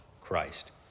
Christ